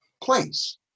place